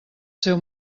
seu